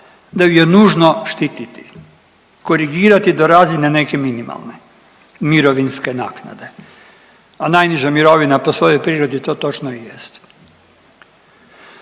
da ju je nužno štititi, korigirati do razine neke minimalne mirovinske naknade, a najniža mirovina po svojoj prirodi to točno i jest.